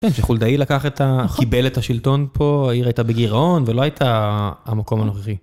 כן, שחולדאי לקח את.. קיבל את השלטון פה, העיר הייתה בגירעון ולא הייתה המקום הנוכחי.